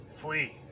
flee